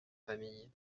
familles